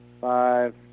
Five